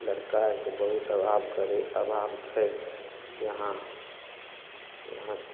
लड़का आरके बहुत अभाव करै अभाव छै यहाँ यहाँ